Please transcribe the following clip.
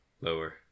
Lower